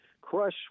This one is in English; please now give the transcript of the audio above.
crush